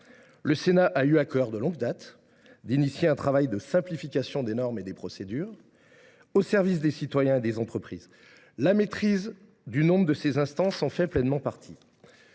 le Sénat a eu à cœur de mener un travail de simplification des normes et des procédures, au service des citoyens et des entreprises. La maîtrise du nombre de ces instances en fait pleinement partie.